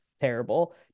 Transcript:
terrible